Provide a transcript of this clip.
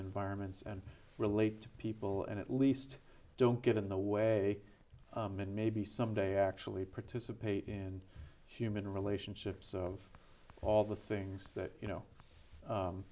environments and relate to people and at least don't get in the way and maybe someday actually participate in human relationships of all the things that you know